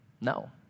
No